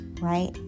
right